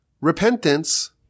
repentance